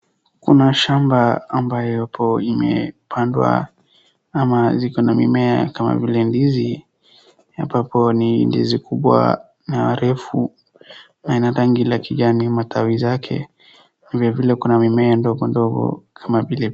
Kuna shamba ambayo hapo imepandwa ama ikona mimea kama vile ndizi ambapo ni ndizi kubwa na refu na ina rangi ya kijani matawi zake. Vile vile kuna mimea ndogo ndogo kama vile.